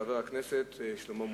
חבר הכנסת שלמה מולה,